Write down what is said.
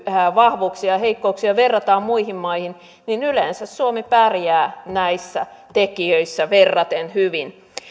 vahvuuksia ja heikkouksia verrataan muihin maihin niin yleensä suomi pärjää näissä tekijöissä verraten hyvin